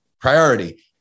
priority